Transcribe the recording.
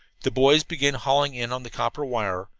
the boys began hauling in on the copper wire,